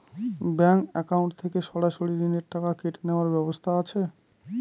Bank account থেকে সরাসরি ঋণের টাকা কেটে নেওয়ার ব্যবস্থা আছে?